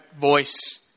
voice